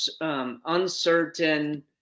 uncertain